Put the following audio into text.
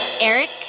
Eric